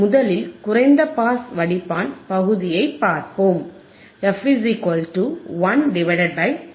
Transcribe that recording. முதலில் குறைந்த பாஸ் வடிப்பான் பகுதியைப் பார்ப்போம் f 1 2πRC